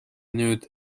nüüd